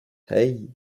hey